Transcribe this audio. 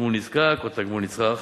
"תגמול נזקק" או "תגמול נצרך"